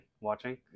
watching